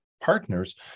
partners